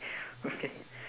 okay